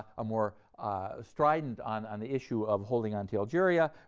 a more strident on on the issue of holding onto algeria,